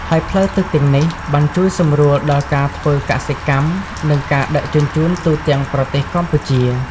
ហើយផ្លូវទឹកទាំងនេះ បានជួយសម្រួលដល់ការធ្វើកសិកម្ម និងការដឹកជញ្ជូនទូទាំងប្រទេសកម្ពុជា។